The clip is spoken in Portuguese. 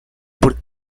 por